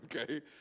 okay